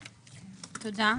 תודה.